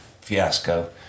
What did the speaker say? fiasco